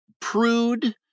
prude